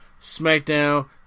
SmackDown